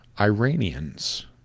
Iranians